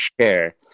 share